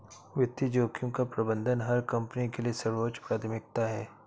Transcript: वित्तीय जोखिम का प्रबंधन हर कंपनी के लिए सर्वोच्च प्राथमिकता है